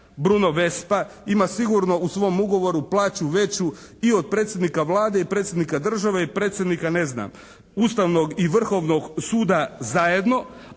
Bruno Vespa ima sigurno u svom ugovoru plaću veću i od predsjednika Vlade i predsjednika države i predsjednika ne znam Ustavnog i Vrhovnog suda zajedno